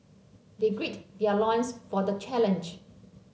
they gird their loins for the challenge